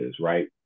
right